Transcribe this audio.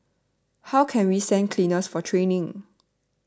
how can we send cleaners for training